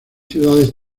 ciudades